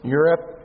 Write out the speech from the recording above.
Europe